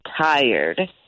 tired